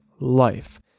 life